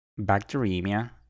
bacteremia